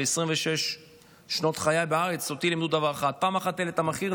ב-26 שנות חיי בארץ אותי לימדו דבר אחד: פעם אחת העלית מחיר,